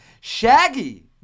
Shaggy